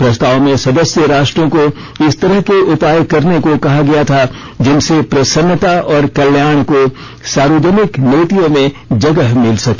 प्रस्ताव में सदस्य राष्ट्रों को इस तरह के उपाय करने को कहा गया था जिनसे प्रसन्नता और कल्याण को सार्वजनिक नीतियों में जगह मिल सके